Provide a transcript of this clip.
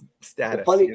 status